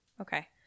okay